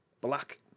black